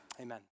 amen